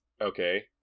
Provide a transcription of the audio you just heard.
Okay